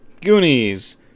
Goonies